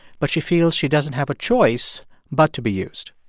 but she feels she doesn't have a choice but to be used